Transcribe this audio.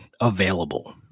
available